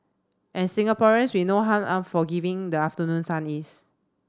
and Singaporeans we know how unforgiving the afternoon sun is